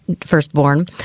firstborn